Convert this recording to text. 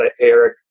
Eric